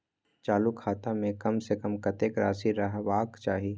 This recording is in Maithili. चालु खाता में कम से कम कतेक राशि रहबाक चाही?